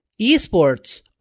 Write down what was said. esports